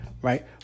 Right